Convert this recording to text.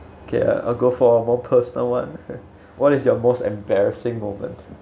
okay I'll go for a more personal one what is your most embarrassing moment